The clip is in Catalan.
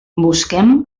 busquem